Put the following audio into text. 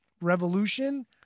revolution